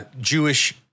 Jewish